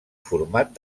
format